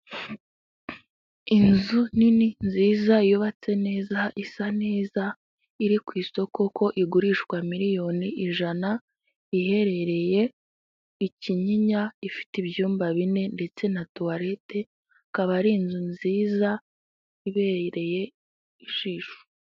Inzu nini nziza yubatse neza isa neza, iri ku isoko ko igurishwa miliyoni ijana, iherereye i Kinyinya, ifite ibyumba bine ndetse na tuwarete, ikaba ari inzu nziza ibereye ijisho.